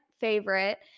favorite